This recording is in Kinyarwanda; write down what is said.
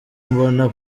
mbona